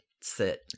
sit